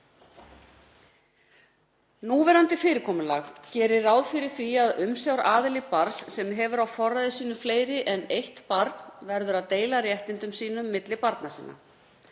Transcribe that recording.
Núverandi fyrirkomulag gerir ráð fyrir því að umsjónaraðili barns sem hefur á forræði sínu fleiri en eitt barn verður að deila réttindum sínum milli barna sinna.